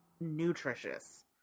nutritious